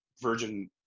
Virgin